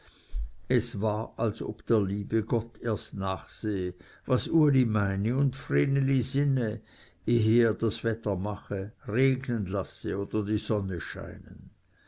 es war als ob der liebe gott erst nachsehe was uli meine und vreneli sinne ehe er das wetter mache regnen lasse oder die sonne scheinen